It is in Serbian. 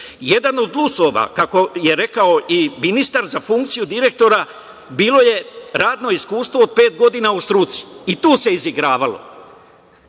od uslova, kako je rekao i ministar, za funkciju direktora bilo je radno iskustvo od pet godina u struci. I to se izigravalo,